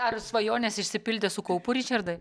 ar svajonės išsipildė su kaupu ričardai